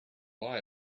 why